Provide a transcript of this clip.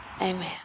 amen